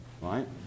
right